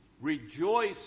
rejoice